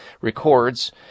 records